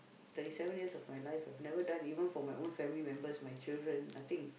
thirty seven years of my life I've never done even for my own family members my children I think